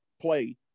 play